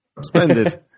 Splendid